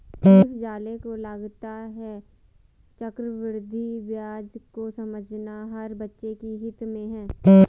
Cliff Zale को लगता है चक्रवृद्धि ब्याज को समझना हर बच्चे के हित में है